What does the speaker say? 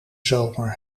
zomer